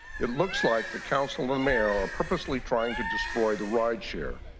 it looks like the council and mayor are purposely trying to destroy the rideshare.